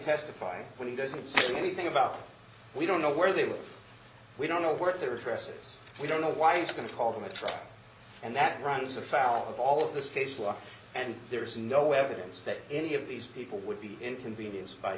testify but he doesn't say anything about we don't know where they were we don't know where they were dresses we don't know why he's going to call them a troll and that runs afoul of all of this case law and there is no evidence that any of these people would be inconvenienced by